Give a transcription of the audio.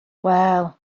wel